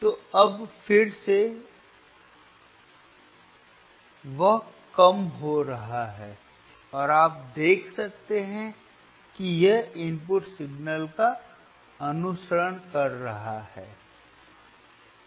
तो अब फिर से वह कम हो रहा है और आप देख सकते हैं कि यह इनपुट सिग्नल का अनुसरण कर रहा है